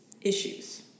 issues